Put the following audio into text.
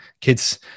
Kids